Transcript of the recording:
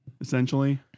essentially